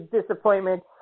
disappointment